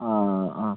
ആ ആ ആ